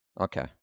Okay